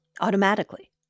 Automatically